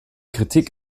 kritik